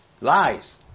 Lies